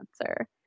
answer